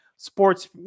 sports